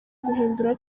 guhindura